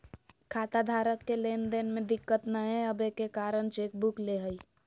खाताधारक के लेन देन में दिक्कत नयय अबे के कारण चेकबुक ले हइ